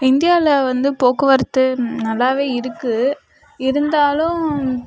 இந்தியாவில வந்து போக்குவரத்து நல்லாவே இருக்குது இருந்தாலும்